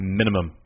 minimum